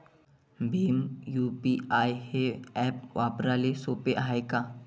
Bhim UPI हे app वापराले सोपे हाय का?